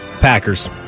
Packers